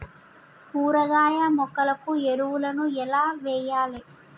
కూరగాయ మొక్కలకు ఎరువులను ఎలా వెయ్యాలే?